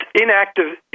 inactive